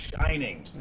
shining